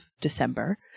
December